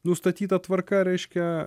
nustatyta tvarka reiškia